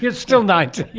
yeah still ninety!